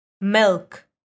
milk